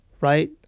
right